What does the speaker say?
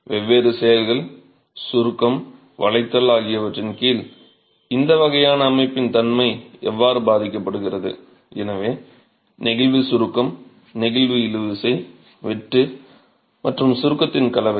வெவ்வேறு செயல்கள் சுருக்கம் வளைத்தல் ஆகியவற்றின் கீழ் இந்த வகையான அமைப்பின் தன்மை எவ்வாறு பாதிக்கப்படுகிறது எனவே நெகிழ்வு சுருக்கம் நெகிழ்வு இழுவிசை வெட்டு மற்றும் சுருக்கத்தின் கலவை